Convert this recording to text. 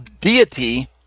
deity